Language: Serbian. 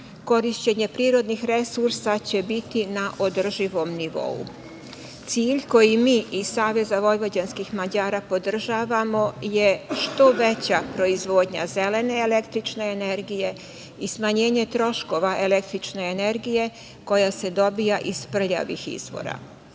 Korišćenje prirodnih resursa će biti na održivom nivou. Cilj koji mi iz SVM je što veća proizvodnja zelene električne energije i smanjenje troškova električne energije koja se dobija iz prljavih izvora. Sa